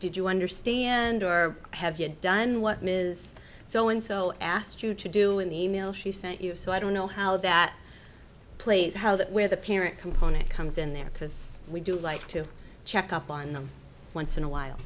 did you understand or have you done what mrs so and so asked you to do in the e mail she sent you so i don't know how that plays how that where the parent component comes in there because we do like to check up on them once in a while